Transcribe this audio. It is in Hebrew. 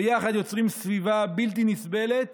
ביחד יוצרים סביבה בלתי נסבלת